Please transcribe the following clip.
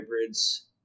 hybrids